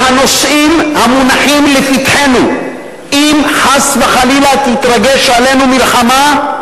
והנושאים המונחים לפתחנו אם חס וחלילה תתרגש עלינו מלחמה,